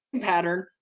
pattern